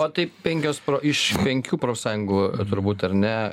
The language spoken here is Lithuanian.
o tai penkios iš penkių profsąjungų turbūt ar ne